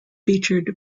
featured